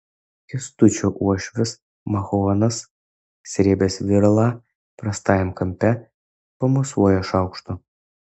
kęstučio uošvis machaonas srėbęs viralą prastajam kampe pamosuoja šaukštu